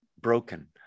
broken